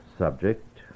subject